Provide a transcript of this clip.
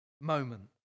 moment